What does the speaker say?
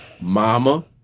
mama